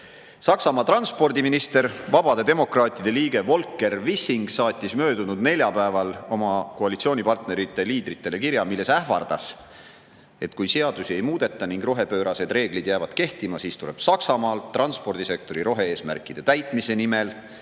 Saksamaa transpordiminister, vabade demokraatide liige Volker Wissing saatis möödunud neljapäeval oma koalitsioonipartnerite liidritele kirja, milles ähvardas, et kui seadusi ei muudeta ning rohepöörased reeglid jäävad kehtima, siis tuleb Saksamaal transpordisektori rohe-eesmärkide täitmise nimel